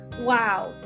Wow